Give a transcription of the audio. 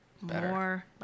more